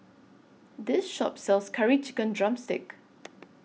This Shop sells Curry Chicken Drumstick